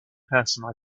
person